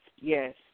yes